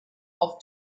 off